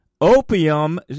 opium